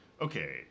okay